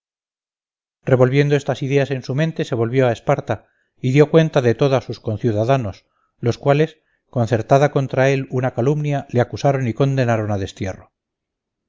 revolviendo estas ideas en su mente se volvió a esparta y dio cuenta de todo a sus conciudadanos los cuales concertada contra él una calumnia le acusaron y condenaron a destierro